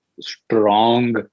strong